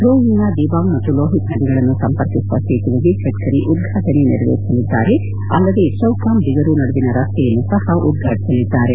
ರೋಯಿಂಗ್ನ ದಿಬಾಂಗ್ ಮತ್ತು ಲೋಹಿತ್ ನದಿಗಳನ್ನು ಸಂಪರ್ಕಿಸುವ ಸೇತುವೆಗೆ ಗಡ್ಡರಿ ಉದ್ವಾಟನೆ ನೆರವೇರಿಸಲಿದ್ಲಾರೆ ಅಲ್ಲದೆ ಚೌಕಾಮ್ ದಿಗರು ನಡುವಿನ ರಸ್ತೆಯನ್ನು ಸಹ ಅವರು ಉದ್ಘಾಟಿಸಲಿದ್ಲಾರೆ